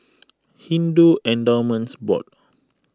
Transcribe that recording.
Hindu Endowments Board